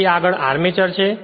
તેથી આગળ આર્મેચર છે